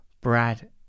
Brad